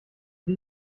wie